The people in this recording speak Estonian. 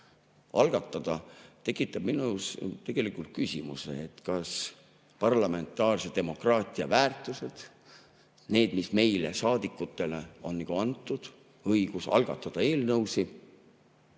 siis see tekitab minus küsimuse, kas parlamentaarse demokraatia väärtused, need, mis meile, saadikutele on antud, õigus algatada eelnõusid,